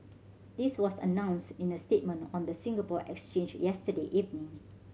this was announced in a statement on the Singapore Exchange yesterday evening